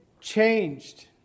changed